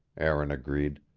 aaron agreed.